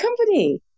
company